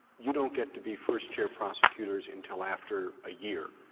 you don't get to be first chair prosecutors until after a year,